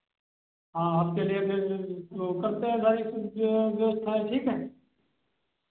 हाँ आपके लिए फिर वो करते हैं भाई कुछ व्यवस्थाएं ठीक है